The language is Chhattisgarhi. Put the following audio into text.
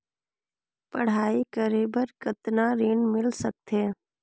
पढ़ाई करे बार कितन ऋण मिल सकथे?